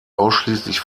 ausschließlich